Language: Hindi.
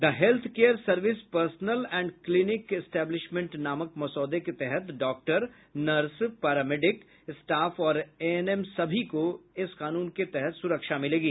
the health care service personnel and clinic establishment नामक मसौदे के तहत doctor nurse paramedic staff और एएनएम सभी को इस कानून के तहत सुरक्षा मिलेगी